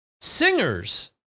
singers